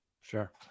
sure